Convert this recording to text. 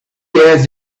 yes